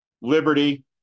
liberty